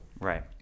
right